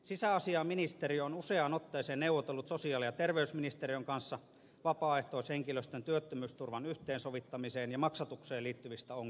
sisäasiainministeriö on useaan otteeseen neuvotellut sosiaali ja terveysministeriön kanssa vapaaehtoishenkilöstön työttömyysturvan yhteensovittamiseen ja maksatukseen liittyvistä ongelmista